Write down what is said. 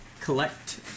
collect